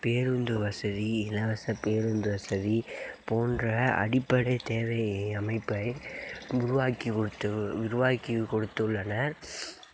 பேருந்து வசதி இலவச பேருந்து வசதி போன்ற அடிப்படை தேவை அமைப்பை உருவாக்கி கொடுத்து உருவாக்கி கொடுத்துள்ளனர்